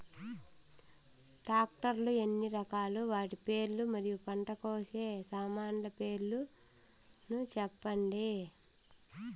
Tractor లు ఎన్ని రకాలు? వాటి పేర్లు మరియు పంట కోసే సామాన్లు పేర్లను సెప్పండి?